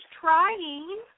trying